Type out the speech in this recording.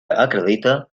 acredite